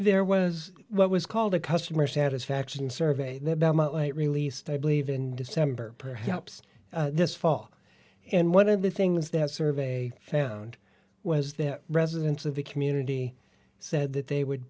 there was what was called a customer satisfaction survey released i believe in december perhaps this fall and one of the things that survey found was that residents of the community said that they would